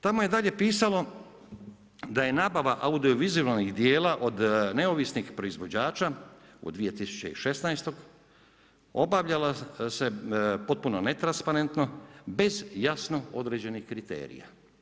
Tamo je dalje pisalo da je nabava audiovizualnih djela od neovisnih proizvođača od 2016. obavljala se potpuno netransparentno bez jasno određenih kriterija.